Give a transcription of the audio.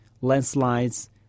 landslides